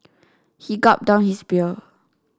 he gulped down his beer